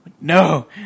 No